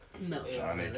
No